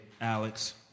Alex